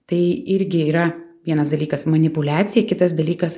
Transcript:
tai irgi yra vienas dalykas manipuliacija kitas dalykas